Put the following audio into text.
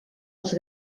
les